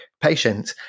patient